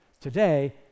Today